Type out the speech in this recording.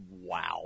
wow